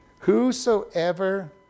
Whosoever